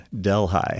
Delhi